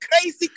crazy